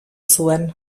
zuen